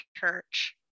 church